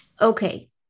okay